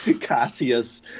Cassius